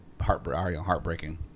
heartbreaking